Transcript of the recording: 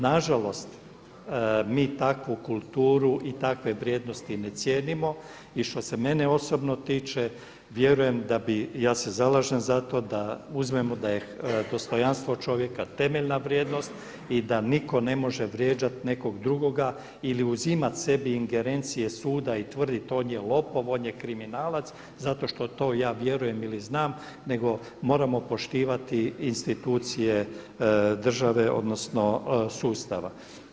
Nažalost, mi takvu kulturu i takve vrijednosti ne cijenimo i što se mene osobno tiče vjerujem da bi, ja se zalažem za to da uzmemo da je dostojanstvo čovjeka temeljna vrijednost i da nitko ne može vrijeđati nekog drugoga ili uzimati sebi ingerencije suda i tvrditi on je lopov, on je kriminalac zato što to ja vjerujem ili znam nego moramo poštivati institucije države odnosno sustava.